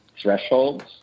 thresholds